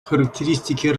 характеристики